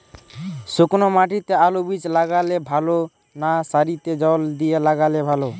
শুক্নো মাটিতে আলুবীজ লাগালে ভালো না সারিতে জল দিয়ে লাগালে ভালো?